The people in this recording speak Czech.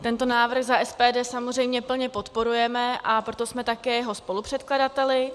Tento návrh za SPD samozřejmě plně podporujeme, a proto jsme také jeho spolupředkladateli.